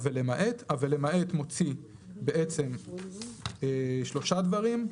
"ולמעט" מוציא בעצם שלושה דברים,